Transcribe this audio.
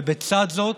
ובצד זאת